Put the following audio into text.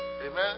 Amen